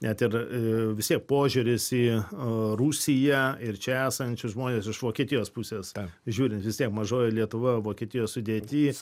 net ir vis tiek požiūris į rusiją ir čia esančius žmones iš vokietijos pusės žiūrint vis tiek mažoji lietuva vokietijos sudėty